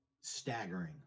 staggering